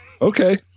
Okay